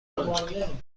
بود